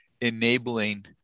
enabling